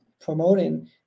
promoting